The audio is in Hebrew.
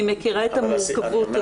אני מכירה את המורכבות הזאת.